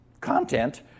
content